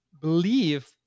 believe